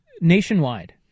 nationwide